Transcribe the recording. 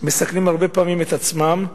מסכנים הרבה פעמים את עצמם,